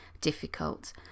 difficult